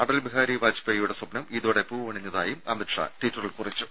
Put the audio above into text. അടൽ ബിഹാരി വാജ്പേയിയുടെ സ്വപ്നം ഇതോടെ പൂവണിഞ്ഞതായും അമിത് ഷാ ട്വിറ്ററിൽ കുറിച്ചു